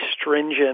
stringent